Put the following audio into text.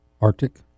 Arctic